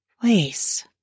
place